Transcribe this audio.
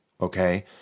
okay